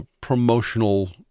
promotional